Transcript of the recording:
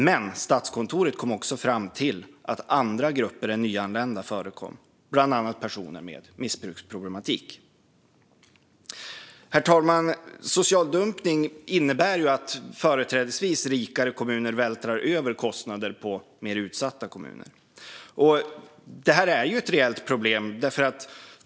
Men Statskontoret kom också fram till att andra grupper än nyanlända förekom, bland annat personer med missbruksproblematik. Herr talman! Social dumpning innebär att företrädesvis rikare kommuner vältrar över kostnader på mer utsatta kommuner. Det är ett reellt problem.